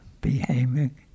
behaving